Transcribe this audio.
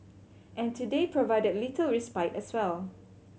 and today provided little respite as well